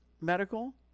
medical